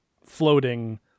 floating